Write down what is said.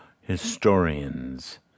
historians